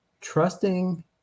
trusting